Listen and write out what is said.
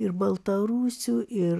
ir baltarusių ir